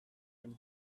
him